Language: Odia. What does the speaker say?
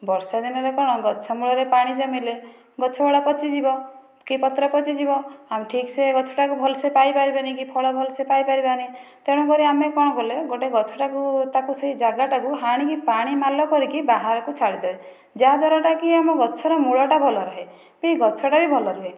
ବର୍ଷା ଦିନରେ କଣ ଗଛ ମୂଳରେ ପାଣି ଜମିଲେ ଗଛଗୁଡ଼ା ପଚିଯିବ କି ପତ୍ର ପଚିଯିବ ଆଉ ଠିକସେ ଗଛଟାକୁ ଭଲସେ ପାଇପାରିବାନି କି ଫଳ ଭଲସେ ପାଇପାରିବାନି ତେଣୁକରି ଆମେ କଣ କଲେ ଗୋଟେ ଗଛଟାକୁ ତାକୁ ସେଇ ଜାଗାଟାକୁ ହାଣିକି ପାଣି ନାଲ କରିକି ବାହାରକୁ ଛାଡ଼ିଦେବେ ଯାହାଦ୍ଵାରାଟା କି ଆମ ଗଛର ମୂଳଟା ଭଲ ରୁହେ କି ଗଛଟା ବି ଭଲ ରୁହେ